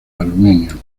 aluminio